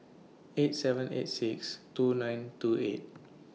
eight seven eight six two nine two eight